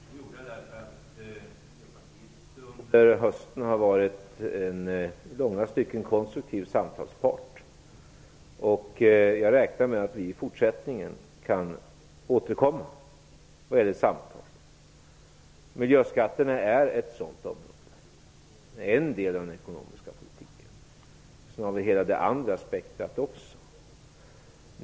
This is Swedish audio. Herr talman! Det har varit en svepande kritik av dem som inte visar på problemet. Det vet Roy Ottosson, som jag lyssnade noga till. Det gjorde jag därför att Miljöpartiet under hösten har varit en i långa stycken konstruktiv samtalspart. Jag räknar med att vi i fortsättningen kan återkomma för samtal. Miljöskatterna är ett område som kan vara aktuellt. Det är en del av den ekonomiska politiken. Sedan har vi hela det andra spektrumet också.